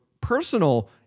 personal